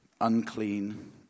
unclean